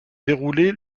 déroulées